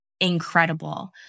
incredible